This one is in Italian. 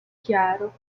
chiaro